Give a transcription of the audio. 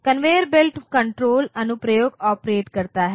conveyor belt control अनुप्रयोग operate करता है